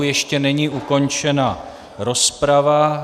Ještě není ukončena rozprava.